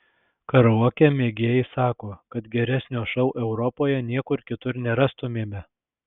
karaoke mėgėjai sako kad geresnio šou europoje niekur kitur nerastumėme